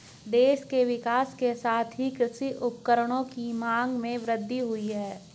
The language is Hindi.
देश के विकास के साथ ही कृषि उपकरणों की मांग में वृद्धि हुयी है